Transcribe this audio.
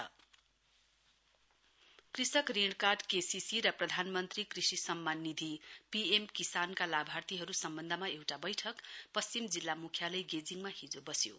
KCC PM Kisan कृषक श्रृण काई केसिसि र प्रधानमन्त्री कृषि सम्मान निधि पिएम किसान कार लाभार्थीहरू सम्बन्धमा एउटा बैठक पश्चिम जिल्ला मुख्यालय गेजिङमा हिजो बस्यो